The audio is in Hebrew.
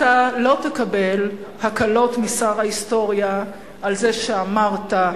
אתה לא תקבל הקלות משר ההיסטוריה על זה שאמרת,